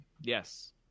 Yes